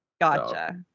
Gotcha